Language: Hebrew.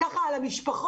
ככה על המשפחות,